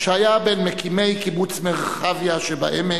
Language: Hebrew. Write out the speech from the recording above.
שהיה בין מקימי קיבוץ מרחביה שבעמק,